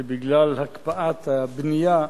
שבגלל הקפאת הבנייה,